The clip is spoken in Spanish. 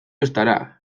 estará